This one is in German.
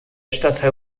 stadtteil